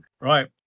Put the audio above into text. right